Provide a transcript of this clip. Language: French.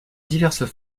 diverses